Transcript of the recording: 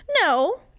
No